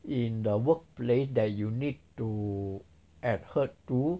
in the workplace that you need to adhere to